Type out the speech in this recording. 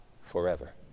forever